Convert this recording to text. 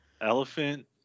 Elephant